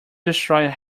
destroyed